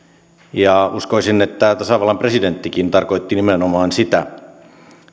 ja uskoisin että tasavallan presidenttikin tarkoitti nimenomaan sitä